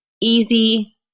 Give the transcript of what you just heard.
easy